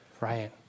Right